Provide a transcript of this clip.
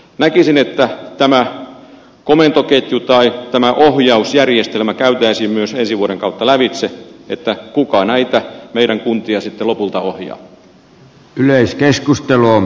näkisin että tämä komentoketju tai tämä ohjausjärjestelmä pitäisi käydä myös ensi vuoden kautta lävitse että kuka näitä meidän kuntiamme sitten lopulta ohjaa